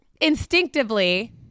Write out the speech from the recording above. instinctively